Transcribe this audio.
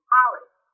College